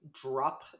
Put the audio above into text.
Drop